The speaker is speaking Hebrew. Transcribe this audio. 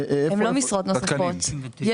הן לא משרות נוספות.